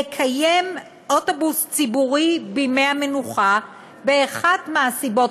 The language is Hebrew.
לקיים אוטובוס ציבורי בימי המנוחה מאחת מהסיבות